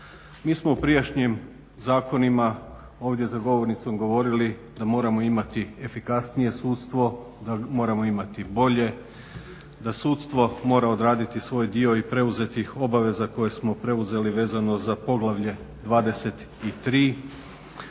Mi smo u prijašnjim zakonima ovdje za govornicom govorili da moramo imati efikasnije sudstvo, da moramo imati bolje, da sudstvo mora odraditi svoj dio i preuzetih obaveza koje smo preuzeli vezano za Poglavlje 23.,